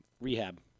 rehab